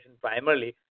primarily